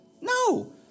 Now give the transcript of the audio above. No